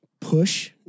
push